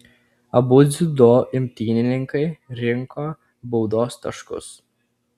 abu dziudo imtynininkai rinko baudos taškus